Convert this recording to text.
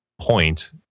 point